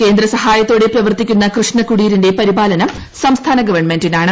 കേന്ദ്ര സഹായത്തോടെ പ്രവർത്തിക്കുന്ന കൃഷ്ണ കുടീരിന്റെ പരിപാലനം സംസ്ഥാന ഗവൺമെന്റിനാണ്